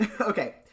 Okay